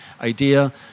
idea